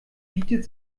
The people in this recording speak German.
bietet